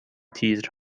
تیتر